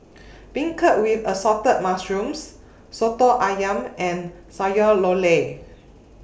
Beancurd with Assorted Mushrooms Soto Ayam and Sayur